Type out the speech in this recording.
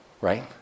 right